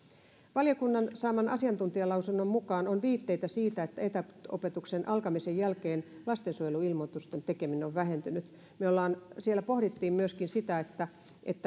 valiokunnan saaman asiantuntijalausunnon mukaan on viitteitä siitä että etäopetuksen alkamisen jälkeen lastensuojeluilmoitusten tekeminen on vähentynyt siellä pohdittiin myöskin sitä että